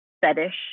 fetish